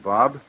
Bob